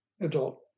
adult